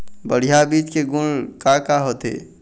बढ़िया बीज के गुण का का होथे?